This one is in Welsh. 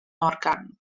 morgan